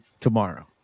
tomorrow